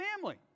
family